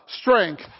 strength